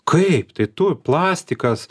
kaip tai tu plastikas